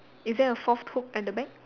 is there a forth hook at the back